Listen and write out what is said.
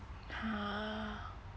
!huh!